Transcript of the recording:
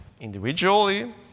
individually